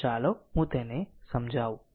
તો ચાલો હું તેને સમજાવું